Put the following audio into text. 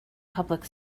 public